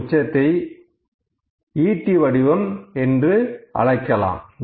இந்த உச்சத்தை ஈட்டி வடிவம் என்று அழைக்கலாம்